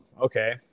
okay